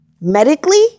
Medically